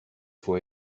for